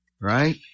Right